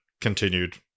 continued